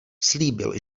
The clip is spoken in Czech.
slíbil